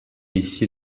ici